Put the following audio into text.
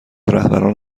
رهبران